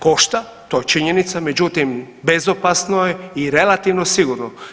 Košta, to je činjenica međutim bezopasno je i relativno sigurno.